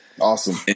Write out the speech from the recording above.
Awesome